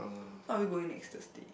so are we going next Thursday